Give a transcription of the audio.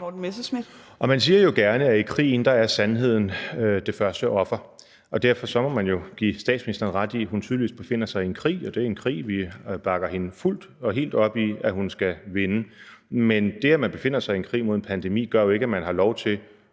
Morten Messerschmidt (DF): Man siger jo gerne, at i krig er sandheden det første offer, og derfor må man jo give statsministeren ret i, at hun tydeligvis befinder sig i en krig. Og det er i krig, vi bakker fuldt og helt op om at hun skal vinde. Men det, at man befinder sig i en krig mod en pandemi, gør jo ikke, at man har lov til